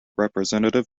representative